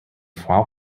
frau